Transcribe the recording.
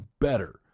better